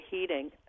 heating